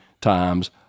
times